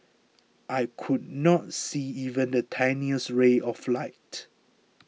I could not see even the tiniest ray of light